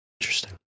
Interesting